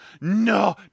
No